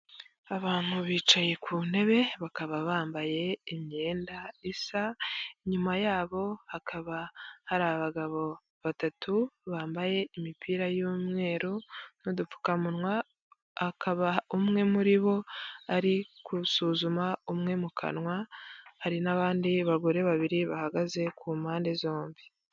Abantu bicaye ku ntebe bakaba bambaye imyenda isa. Inyuma yabo hakaba hari abagabo batatu bambaye imipira y'umweru n'udupfukamunwa. Akaba umwe muri bo ari gusuzuma umwe mu kanwa. Hari n'abandi bagore babiri bahagaze ku mpande zombi.